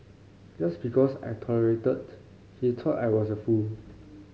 just because I tolerated he thought I was a fool